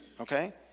okay